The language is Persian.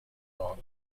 دعا